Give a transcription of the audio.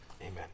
Amen